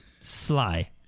Sly